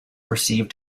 received